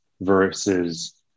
versus